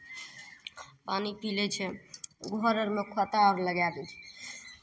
पानि पी लै छै घर अरमे पतार लगाए दै छै